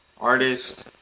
Artist